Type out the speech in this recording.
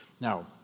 Now